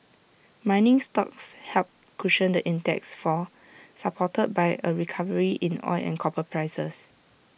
mining stocks helped cushion the index's fall supported by A recovery in oil and copper prices